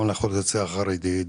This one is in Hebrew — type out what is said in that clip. גם לאוכלוסייה החרדית,